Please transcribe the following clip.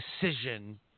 decision